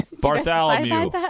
Bartholomew